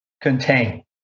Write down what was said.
contain